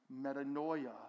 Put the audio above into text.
metanoia